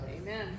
Amen